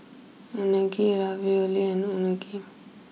Unagi Ravioli and Unagi